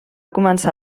començar